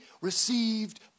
received